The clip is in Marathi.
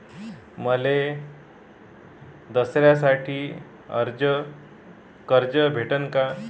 मले दसऱ्यासाठी कर्ज भेटन का?